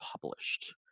published